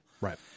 Right